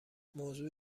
موضوع